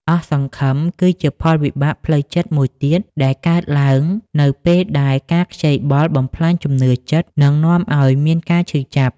អស់សង្ឃឹម គឺជាផលវិបាកផ្លូវចិត្តមួយទៀត ដែលកើតឡើងនៅពេលដែលការខ្ចីបុលបំផ្លាញជំនឿចិត្ត និងនាំឲ្យមានការឈឺចាប់។